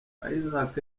isaac